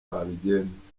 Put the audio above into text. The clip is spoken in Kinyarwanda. twabigenza